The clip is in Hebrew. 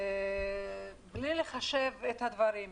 בלי לחשוב על הדברים.